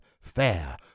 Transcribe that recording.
fair